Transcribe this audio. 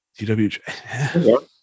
TWJ